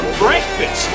breakfast